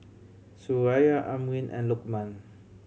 Suraya Amrin and Lokman